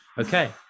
okay